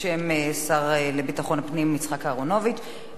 בשם השר לביטחון הפנים יצחק אהרונוביץ.